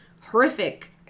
horrific